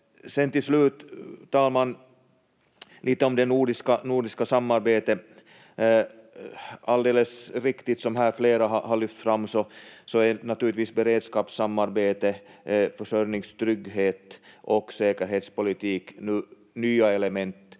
Sedan till slut, talman, lite om det nordiska samarbetet. Alldeles riktigt, vilket flera har lyft fram här, är naturligtvis beredskapssamarbete, försörjningstrygghet och säkerhetspolitik nu nya element.